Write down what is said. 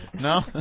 No